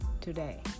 Today